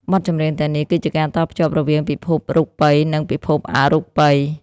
បទចម្រៀងទាំងនេះ គឺជាការតភ្ជាប់រវាងពិភពរូបិយ និងពិភពអរូបិយ។